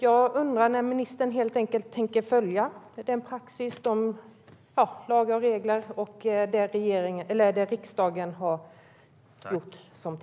Jag undrar när ministern tänker följa praxis, lagar och regler och de tillkännagivanden som riksdagen har gjort?